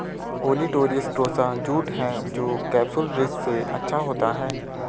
olitorius tossa jute है जो capsularis से अच्छा होता है